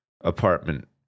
apartment